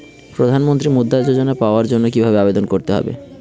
প্রধান মন্ত্রী মুদ্রা যোজনা পাওয়ার জন্য কিভাবে আবেদন করতে হবে?